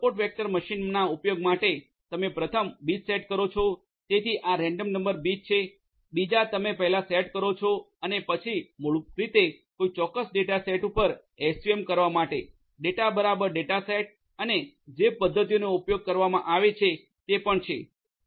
support vector મશીનના ઉપયોગ માટે તમે પ્રથમ બીજ સેટ કરો છો તેથી આ રેન્ડમ નંબર બીજ છે બીજ તમે પહેલા સેટ કરો છો અને પછી મૂળ રીતે કોઈ ચોક્કસ ડેટા સેટ પર એસવીએમ કરવા માટે ડેટા બરાબર ડેટા સેટ અને જે પદ્ધતિઓનો ઉપયોગ કરવામાં આવે છે તે પણ છે